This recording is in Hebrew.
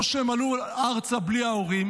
או שהם עלו ארצה בלי ההורים.